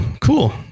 cool